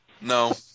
No